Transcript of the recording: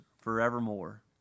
forevermore